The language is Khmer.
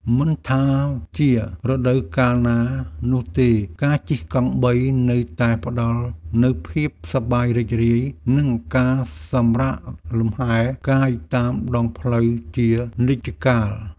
មិនថាជារដូវកាលណានោះទេការជិះកង់បីនៅតែផ្តល់នូវភាពសប្បាយរីករាយនិងការសម្រាកលំហែកាយតាមដងផ្លូវជានិច្ចកាល។